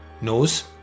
knows